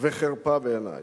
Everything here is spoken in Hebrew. וחרפה בעיני.